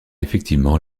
effectivement